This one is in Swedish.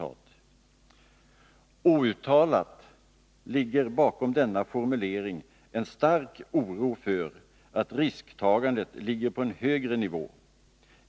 Outtalat ligger bakom denna formulering en stark oro för att risktagandet ligger på en högre nivå.